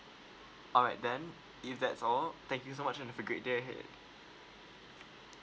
alright then if that's all thank you so much and have a great day ahead